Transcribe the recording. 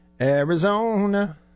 Arizona